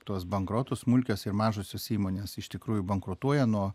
tuos bankrotus smulkios ir mažosios įmonės iš tikrųjų bankrutuoja nuo